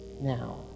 now